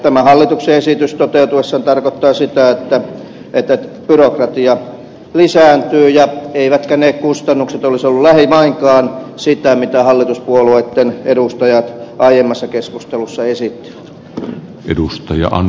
tämä hallituksen esitys toteutuessaan tarkoittaa sitä että byrokratia lisääntyy eivätkä ne kustannukset olisi lähimainkaan sitä mitä hallituspuolueitten edustajat aiemmassa keskustelussa esittivät